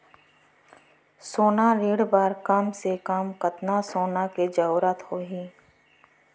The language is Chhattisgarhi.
सोना ऋण बर कम से कम कतना सोना के जरूरत होही??